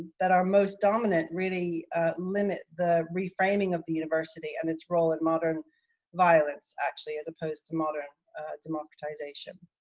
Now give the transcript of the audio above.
that are most dominant, really limit the re framing of the university and its role in modern violence. actually, as opposed to modern democratization.